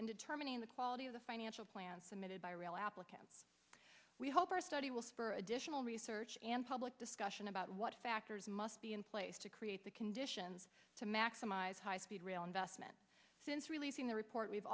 and determining the quality of the financial plan submitted by real applicant we hope our study will spur additional research and public discussion about what factors must be in place to create the conditions to maximize high speed rail investment since releasing the report we've